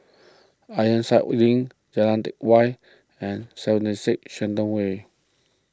Ironside Link Jalan Teck Whye and seventy six Shenton Way